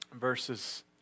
verses